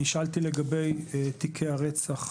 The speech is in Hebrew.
נשאלתי לגבי תיקי הרצח,